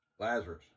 Lazarus